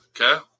Okay